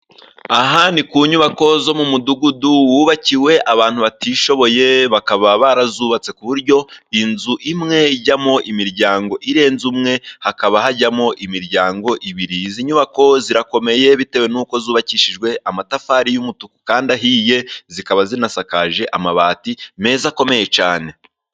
Aha ni ku nyubako zo mu mudugudu wubakiwe abantu batishoboye, bakaba barazubatse ku buryo inzu imwe ijyamo imiryango irenze umwe, hakaba hajyamo imiryango ibiri. Izi nyubako zirakomeye bitewe n'uko zubakishijwe amatafari y'umutuku kandi ahiye, zikaba zasakaje amabati meza akomeye cyane.